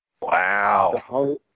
Wow